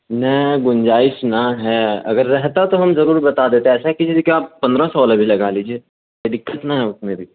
نا گنجائش نہ ہے اگر رہتا تو ہم ضرور بتا دیتے ایسا کیجیے جی کہ آپ پندرہ سو ابھی لگا لیجیے کوئی دقت نہ ہے اس میں بھی